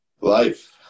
life